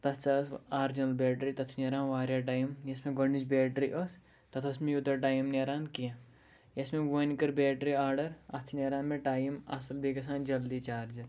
تَتھ سۄ ٲس آرجِنَل بیٹری تَتھ ٲسۍ نیران واریاہ ٹایم یۄس مےٚ گۄڈنِچ بیٹری ٲس تَتھ ٲس نہٕ یوٗتاہ ٹایِم نیران کینٛہہ یۄس مےٚ وۄنۍ کٔر بیٹری آرڈَر اَتھ چھِ نیران مےٚ ٹایِم اَصٕل بیٚیہِ گژھان جلدی چارجِنٛگ